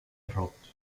rocky